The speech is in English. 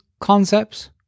concepts